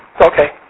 Okay